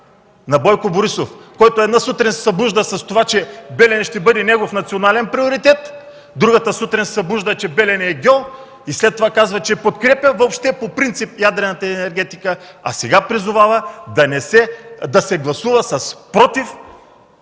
на Бойко Борисов, който една сутрин се събужда с това, че „Белене” ще бъде национален приоритет, на другата сутрин се събужда, че „Белене” е гьол и след това казва, че подкрепя въобще по принцип ядрената енергетика, а сега призовава да се гласува „против”